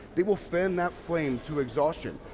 they will fan that flame to exhaustion.